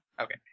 Okay